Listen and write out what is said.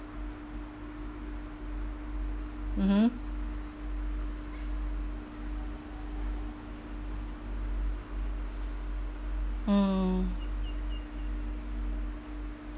mmhmm mm